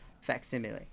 facsimile